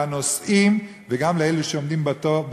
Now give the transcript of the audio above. לנוסעים וגם לאלה שעומדים בתור,